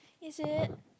is it